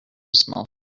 small